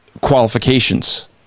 qualifications